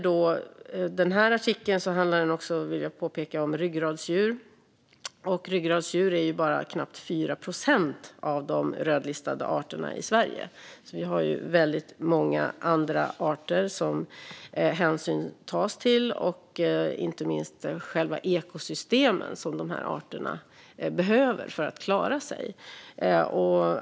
Den här artikeln handlar, vill jag påpeka, om ryggradsdjur. Ryggradsdjur står bara för knappt 4 procent av de rödlistade arterna i Sverige. Hänsyn tas till väldigt många andra arter och inte minst till själva ekosystemen, som dessa arter behöver för att klara sig.